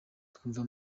twumva